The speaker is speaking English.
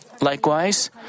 Likewise